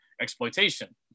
exploitation